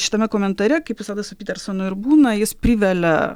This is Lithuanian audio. šitame komentare kaip visada su pytersonu ir būna jis privelia